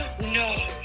No